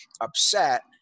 upset